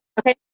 okay